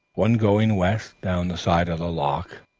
one going west down the side of the loch,